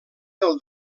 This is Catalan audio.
del